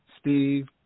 Steve